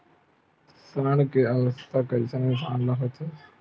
ऋण के आवश्कता कइसे इंसान ला होथे?